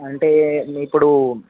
అంటే మీ ఇప్పుడు